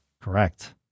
Correct